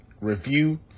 review